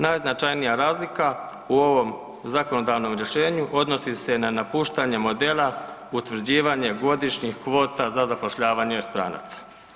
Najznačajnija razlika u ovom zakonodavnom rješenju odnosi se na napuštanje modela utvrđivanje godišnjih kvota za zapošljavanje stranaca.